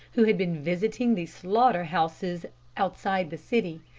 who had been visiting the slaughter houses outside the city.